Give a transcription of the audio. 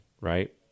right